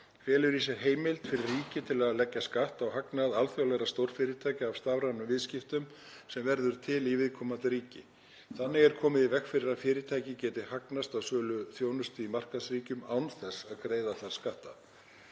felur í sér heimild fyrir ríki til að leggja skatt á hagnað alþjóðlegra stórfyrirtækja af stafrænum viðskiptum sem verður til í viðkomandi ríki. Þannig er komið í veg fyrir að fyrirtæki geti hagnast af sölu þjónustu í markaðsríkjum án þess að greiða þar skatta.